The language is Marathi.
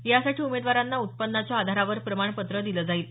यासाठी उमेदवारांना उत्पन्नाच्या आधारावर प्रमाणपत्र दिलं जाईल